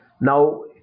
now